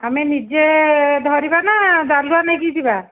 ଆମେ ନିଜେ ଧରିବା ନା ଜାଲୁଆ ନେଇକି ଯିବା